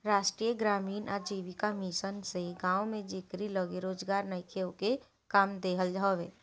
राष्ट्रीय ग्रामीण आजीविका मिशन से गांव में जेकरी लगे रोजगार नईखे ओके काम देहल हवे